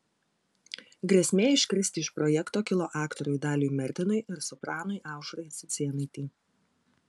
grėsmė iškristi iš projekto kilo aktoriui daliui mertinui ir sopranui aušrai cicėnaitei